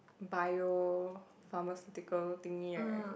bio-pharmaceutical thing right